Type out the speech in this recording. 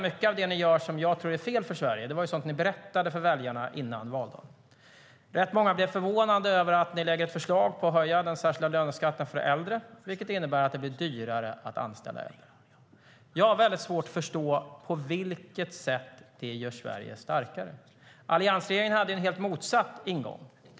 Mycket av det ni gör och som jag tror är fel för Sverige var ju sådant ni berättade om för väljarna före valdagen. Rätt många blev förvånade över att ni lade fram förslag om att höja den särskilda löneskatten för äldre, vilket innebär att det blir dyrare att anställa äldre. Jag har väldigt svårt att förstå på vilket sätt det gör Sverige starkare. Alliansregeringen hade en helt motsatt ingång.